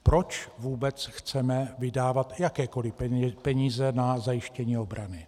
Proč vůbec chceme vydávat jakékoliv peníze na zajištění obrany?